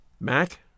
Mac